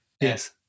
yes